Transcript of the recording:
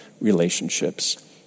relationships